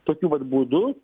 tokiu vat būdu